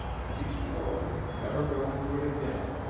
and he swore he would never go into it again,